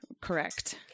Correct